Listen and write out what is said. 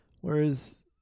Whereas